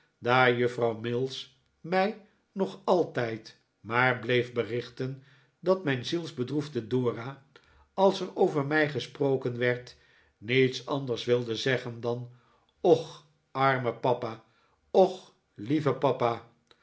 daar juffrouw mills mij nog altijd maar bleef berichten dat mijn zielsbedroefde dora als er over mij gesproken werd niets anders wilde zeggen dan och arme papa och lieve papa